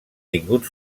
tingut